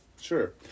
Sure